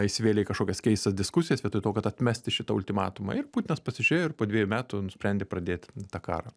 įsivėlė į kažkokias keistas diskusijas vietoj to kad atmesti šitą ultimatumą ir putinas pasižiūrėjo ir po dviejų metų nusprendė pradėt tą karą